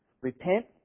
Repent